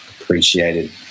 appreciated